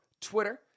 Twitter